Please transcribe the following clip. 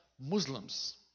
Muslims